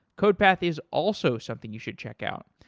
codepath is also something you should check out.